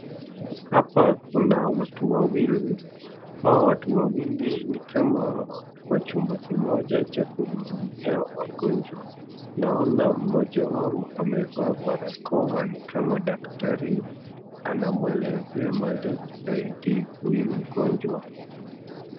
Hapa kuna watu wawili, hao watu wawili ni kama wako kwa chumba kimoja cha kuhudumia wagonjwa. Naona mmoja wao amevaa barakoa ni kama daktari anamwelezea maelezo zaidi huyu mgonjwa.